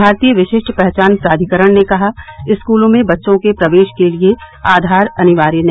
भारतीय विशिष्ट पहचान प्राधिकरण ने कहा स्कूलों में बच्चों के प्रवेश के लिये आधार अनिवार्य नहीं